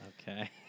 Okay